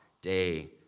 day